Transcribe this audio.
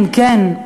כן,